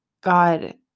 God